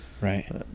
Right